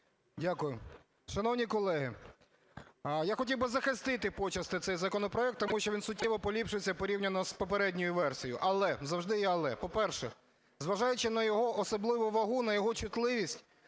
Дякую. Шановні колеги, я хотів би захистити почасти цей законопроект, тому що він суттєво поліпшується порівняно з попередньою версією, але завжди є "але". По-перше, зважаючи на його вагу, на його чутливість,